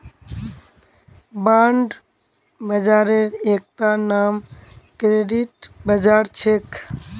bond बाजारेर एकता नाम क्रेडिट बाजार छेक